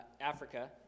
Africa